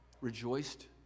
rejoiced